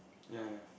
yeah yeah